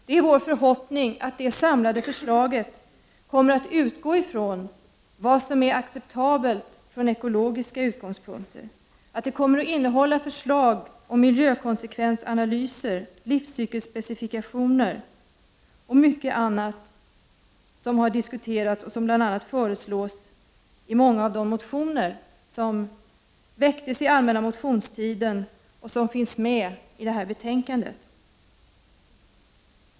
Det är vår förhoppning att man i det samlade förslaget kommer att utgå ifrån vad som är acceptabelt från ekologiska utgångspunkter och att det kommer att innehålla förslag om miljökonsekvensanalyser, livscykelspecifikationer och mycket annat som har diskuterats och som bl.a. tas upp i många av de motioner som väcktes under den allmänna motionstiden och som behandlas i detta betänkande.